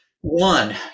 One